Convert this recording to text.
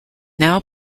now